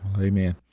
Amen